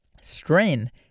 Strain